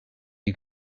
you